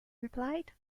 replied